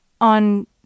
on